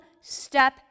step